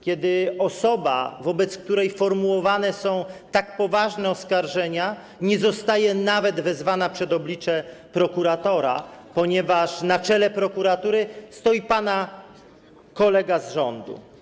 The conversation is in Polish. Kiedy osoba, wobec której formułowane są tak poważne oskarżenia, nie zostaje nawet wezwana przed oblicze prokuratora, ponieważ na czele prokuratury stoi pana kolega z rządu?